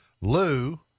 Lou